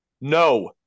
No